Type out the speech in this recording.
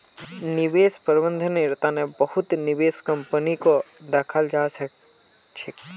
निवेश प्रबन्धनेर तने बहुत निवेश कम्पनीको दखाल जा छेक